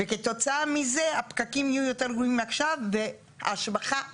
וכתוצאה מזה הפקקים יהיו יותר גרועים מעכשיו וההשבחה תקטן,